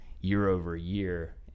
year-over-year